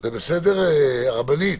זה בסדר, הרבנית?